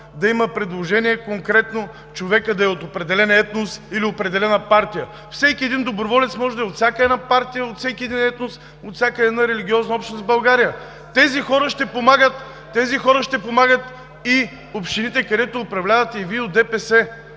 да има предложение конкретно човекът да е от определен етнос или от определена партия? Всеки един доброволец може да е от всяка една партия, от всеки един етнос, от всяка една религиозна общност в България. Тези хора ще помагат и в общините, където управлявате и Вие – от ДПС,